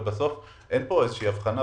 אבל בסוף אין פה איזו הבחנה,